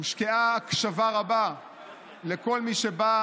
הקשבה רבה לכל מי שבא